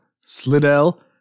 Slidell